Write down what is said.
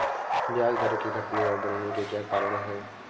ब्याज दर के घटने और बढ़ने के क्या कारण हैं?